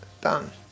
Done